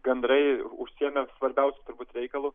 gandrai užsiėmę svarbiausiu turbūt reikalu